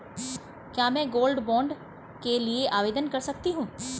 क्या मैं gold bond के लिए आवेदन दे सकती हूँ?